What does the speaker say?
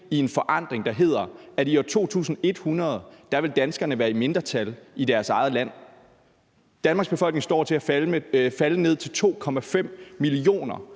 i en forandring, der handler om, at danskerne i år 2100 vil være i mindretal i deres eget land. Danmarks befolkningstal står til at falde ned til 2,5 millioner,